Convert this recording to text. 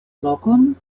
lokon